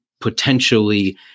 potentially